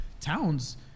Towns